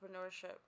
entrepreneurship